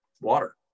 water